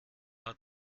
hat